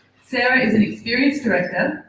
sarah is an experienced director,